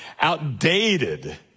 outdated